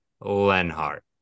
Lenhart